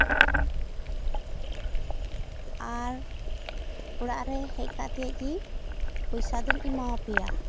ᱟᱨ ᱚᱲᱟᱜ ᱨᱮ ᱦᱮᱡ ᱠᱟᱛᱮ ᱜᱮ ᱯᱚᱭᱥᱟᱫᱩᱧ ᱮᱢᱟᱣᱟᱯᱮᱭᱟ